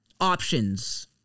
options